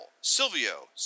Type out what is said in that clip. Silvio